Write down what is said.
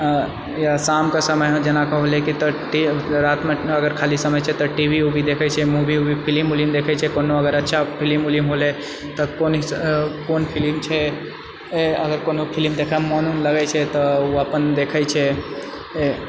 शामके समयमे जेना कहब लेके तऽ रातमे अगर खाली समयछै तऽ टी वी उवी देखैछेै मूवी वूवी फिलीम विलिम देखैछेै कोनो अगर अच्छा फिलीम विलिम हौले तऽ कोन कोन फिलीम छै अगर कोनो फिलीम देखैमे मोन वुन लगैछेै तऽ ओ अपन देखैछेै